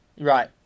Right